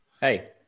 Hey